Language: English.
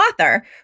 author